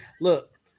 Look